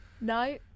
No